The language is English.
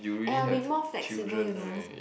and I'll be more flexible you know